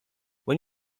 when